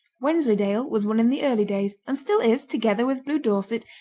wensleydale was one in the early days, and still is, together with blue dorset,